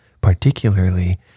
particularly